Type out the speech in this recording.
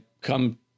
come